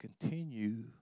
continue